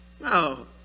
no